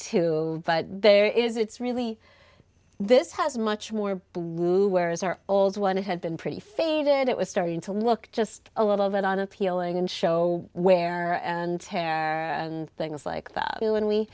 too but there is it's really this has much more blue whereas our old one it had been pretty faded it was starting to look just a little bit on appealing and show where and tear things like that you and we